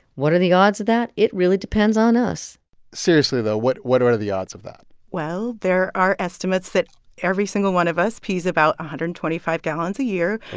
what are the odds of that? it really depends on us seriously, though, what what are are the odds of that? well, there are estimates that every single one of us pees about one hundred and twenty five gallons a year.